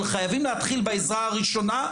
אבל חייבים להתחיל בעזרה הראשונה,